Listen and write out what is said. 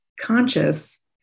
conscious